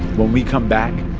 when we come back,